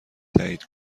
تایید